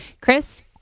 Chris